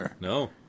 No